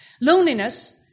Loneliness